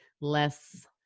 less